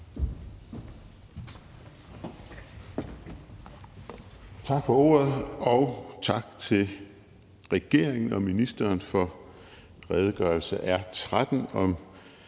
Tak for ordet, og tak til regeringen og til ministeren for redegørelse nr. R